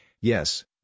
Yes